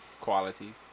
qualities